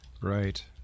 Right